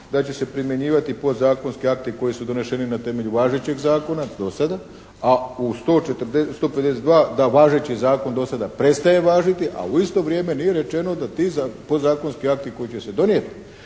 da će se primjenjivati podzakonski akti koji su doneseni na temelju važećeg zakona do sada, a u 152. da važeći zakon do sada prestaje važiti, a u isto vrijeme nije rečeno da ti podzakonski akti koji će se donijeti,